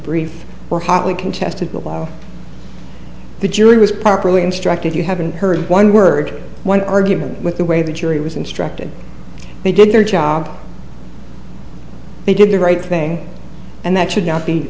brief were hotly contested but the jury was properly instructed you haven't heard one word one argument with the way the jury was instructed they did their job they did the right thing and that should not be